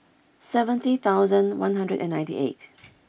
seventy thousand one hundred and ninety eight